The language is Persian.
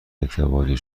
اعتباری